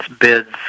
Bid's